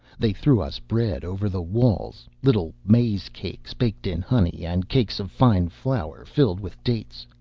they threw us bread over the walls, little maize-cakes baked in honey and cakes of fine flour filled with dates.